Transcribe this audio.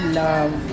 love